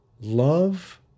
love